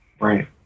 Right